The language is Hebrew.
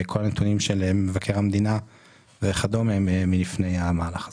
כל הנתונים של מבקר המדינה וכדומה הם מלפני המהלך הזה.